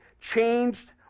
changed